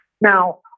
Now